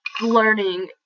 learning